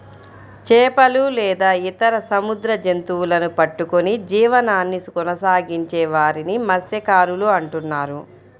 చేపలు లేదా ఇతర సముద్ర జంతువులను పట్టుకొని జీవనాన్ని కొనసాగించే వారిని మత్య్సకారులు అంటున్నారు